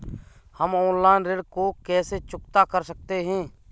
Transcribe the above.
हम ऑनलाइन ऋण को कैसे चुकता कर सकते हैं?